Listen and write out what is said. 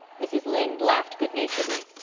mrs. lynde laughed good-naturedly.